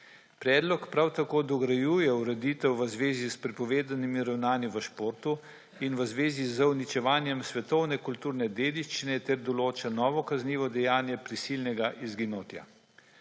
Predlog prav tako dograjuje ureditev v zvezi s prepovedanimi ravnanji v športu in v zvezi z uničevanjem svetovne kulturne dediščine ter določa novo kaznivo dejanje prisilnega izginotja.